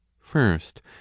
first